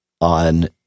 on